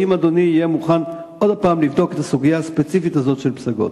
האם אדוני יהיה מוכן עוד הפעם לבדוק את הסוגיה הספציפית הזאת של פסגות?